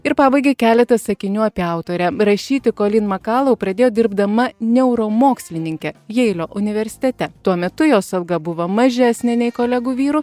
ir pabaigai keletas sakinių apie autorę rašyti kolyn makalau pradėjo dirbdama neuromokslininke jeilio universitete tuo metu jos alga buvo mažesnė nei kolegų vyrų